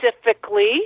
specifically